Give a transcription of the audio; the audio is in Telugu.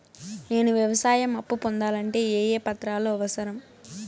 నేను వ్యవసాయం అప్పు పొందాలంటే ఏ ఏ పత్రాలు అవసరం?